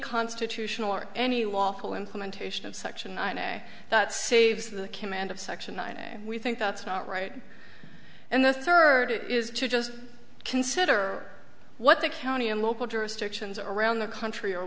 constitutional or any waffle implementation of section that saves the command of section nine we think that's not right and the third is to just consider what the county and local jurisdictions around the country are